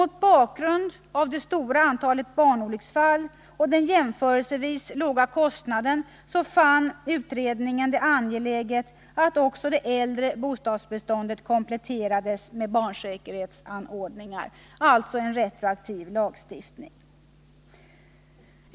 Mot bakgrund av det stora antalet barnolycksfall och den jämförelsevis låga kostnaden fann utredningen det angeläget att också det äldre bostadsbeståndet kompletterades med barnsäkerhetsanordningar, alltså en retroaktiv lagstiftning.